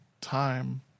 time